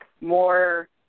more